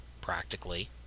practically